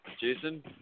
Jason